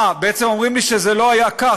אה, בעצם אומרים לי שזה לא היה כך.